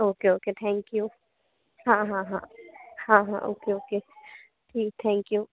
okay okay thank you हाँ हाँ हाँ हाँ हाँ ओके ओके जी थैंक यू